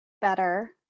better